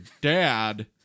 dad